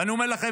ואני אומר לכם,